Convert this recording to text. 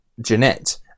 Jeanette